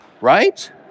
Right